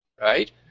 right